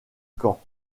camp